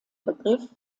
begriff